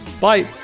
Bye